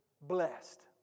blessed